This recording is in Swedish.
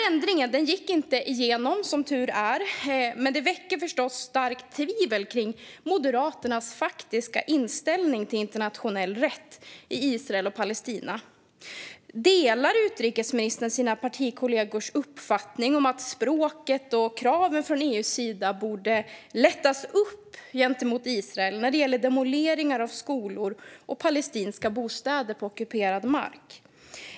Ändringen gick som tur var inte igenom, men det här väcker förstås starkt tvivel om Moderaternas faktiska inställning till internationell rätt i Israel och Palestina. Delar utrikesministern sina partikollegors uppfattning att språket och kraven från EU:s sida borde lättas upp gentemot Israel när det gäller demolering av skolor och palestinska bostäder på ockuperad mark?